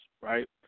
right